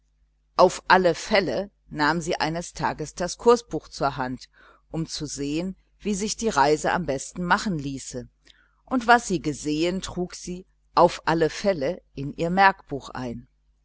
auf alle fälle nahm sie eines tages das kursbuch zur hand um zu sehen wie sich die reise praktisch machen ließe und was sie gesehen trug sie auf alle fälle in ihr notizbuch ein